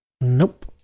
Nope